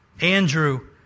Andrew